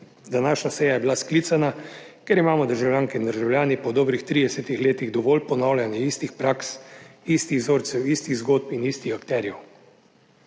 Današnja seja je bila sklicana, ker imamo državljanke in državljani po dobrih 30. letih dovolj ponavljanja istih praks, istih vzorcev, istih zgodb in istih akterjev.